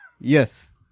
Yes